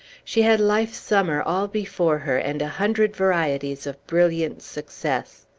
she had life's summer all before her, and a hundred varieties of brilliant success.